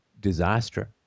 disaster